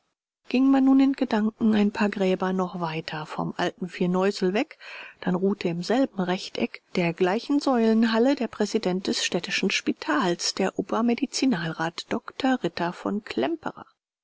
ging man nun in gedanken ein paar gräber noch weiter vom alten firneusel weg dann ruhte im selben rechteck der gleichen säulenhalle der präsident des städtischen spitals der obermedizinalrat dr ritter von klemperer